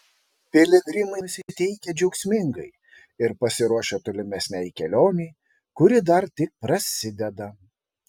piligrimai nusiteikę džiaugsmingai ir pasiruošę tolimesnei kelionei kuri dar tik prasideda